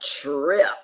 trip